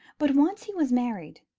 but once he was married,